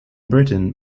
britain